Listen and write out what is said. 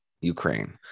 Ukraine